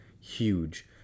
huge